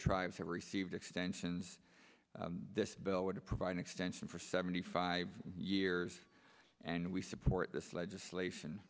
tribes have received extensions this bill would provide an extension for seventy five years and we support this legislation